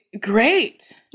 great